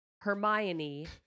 Hermione